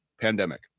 pandemic